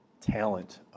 talent